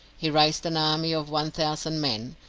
he raised an army of one thousand men,